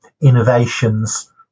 innovations